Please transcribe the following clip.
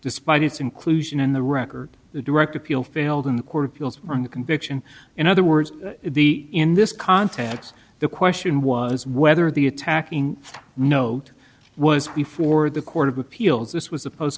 despite its inclusion in the record the direct appeal failed in the court of appeals from the conviction in other words the in this context the question was whether the attacking note was before the court of appeals this was a post